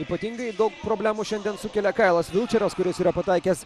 ypatingai daug problemų šiandien sukelia kailas vilčeras kuris yra pataikęs